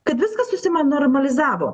kad viskas susimanormalizavo